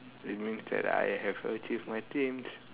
it means that I have achieved my dreams